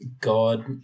God